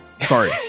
Sorry